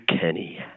Kenny